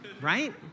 Right